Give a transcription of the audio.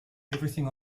everything